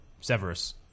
Severus